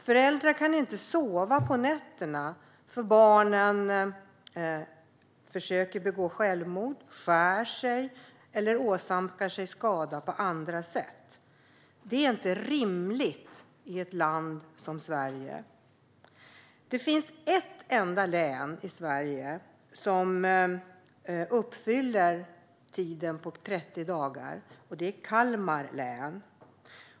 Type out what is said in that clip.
Föräldrar kan inte sova på nätterna eftersom barnen försöker begå självmord, skär sig eller åsamkar sig skador på andra sätt. Det är inte rimligt i ett land som Sverige. Det finns ett enda län i Sverige som uppfyller tiden om 30 dagar, nämligen Kalmar län.